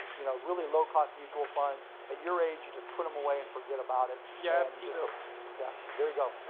you know really low-cost mutual funds. at your age, you just put em away and forget about it. yeah, i have t-bills. yeah there ya go.